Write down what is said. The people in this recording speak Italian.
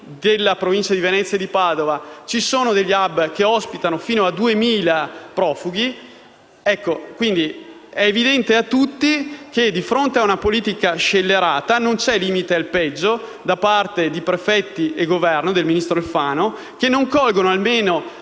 delle province di Venezia e di Padova, ci sono degli *hub* che ospitano fino a 2.000 profughi. È quindi evidente a tutti che, a fronte di una politica scellerata, non c'è limite al peggio da parte dei prefetti e del ministro Alfano, che non colgono almeno